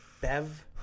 Bev